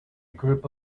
group